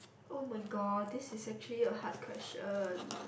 !oh-my-god! this is actually a hard question